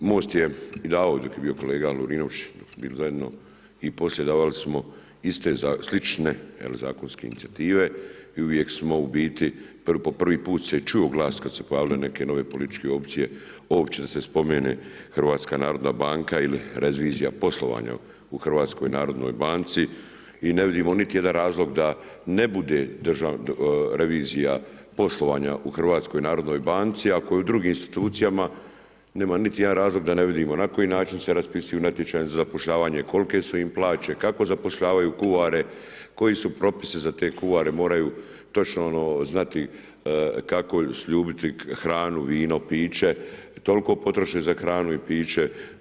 MOST je i davao dok je bio kolega Lovrinović … i poslije davali smo slične zakonske inicijative i uvijek smo u biti, po prvi put se čuo glas kad su se pojavile neke nove političke opcije uopće da se spomene HNB ili revizija poslovanja u HNB-u i ne vidimo niti jedan razlog da ne bude revizija poslovanja u HNB-u ako je u drugim institucijama, nema niti jedan razlog da ne vidimo na koji način se raspisuju natječaji za zapošljavanje, kolike su ime plaće, kako zapošljavaju kuhare, koji su propisi za te kuhare, moraju točno znati kako sljubiti hranu, vino, piće, koliko potroše za hranu i piće.